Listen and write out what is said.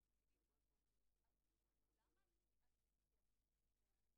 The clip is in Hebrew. שעות מתנגשות והשעה או השעתיים שלפני כל שעת התנגשות יהיו שעות מוגנות.